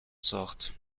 ساخت